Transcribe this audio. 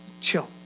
chill